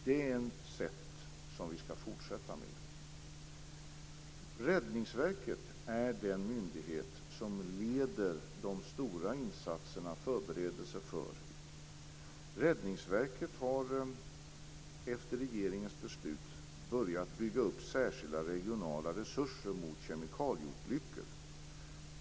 Det är ett sätt att arbeta som vi skall fortsätta med. Räddningsverket är den myndighet som leder förberedelserna för de stora insatserna. Räddningsverket har, efter regeringens beslut, börjat bygga upp särskilda regionala resurser mot kemikalieolyckor.